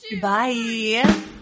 bye